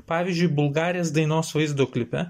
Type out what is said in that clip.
pavyzdžiui bulgarės dainos vaizdo klipe